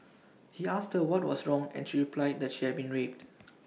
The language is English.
he asked her what was wrong and she replied that she had been raped